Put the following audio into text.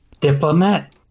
Diplomat